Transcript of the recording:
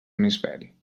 hemisferi